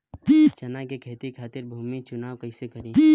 चना के खेती खातिर भूमी चुनाव कईसे करी?